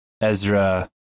Ezra